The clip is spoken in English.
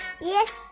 Yes